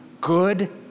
good